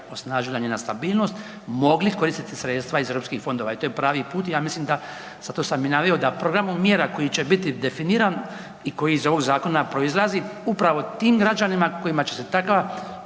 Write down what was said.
osnažila njena stabilnost mogla koristiti sredstva iz europskih fondova i to je pravi put i ja mislim da zato sam i naveo da programom mjera koji će biti definiran i koji iz ovog zakona proizlazi upravo tim građanima kojima će se takvi